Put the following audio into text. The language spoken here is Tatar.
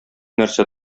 нәрсә